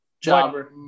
Jobber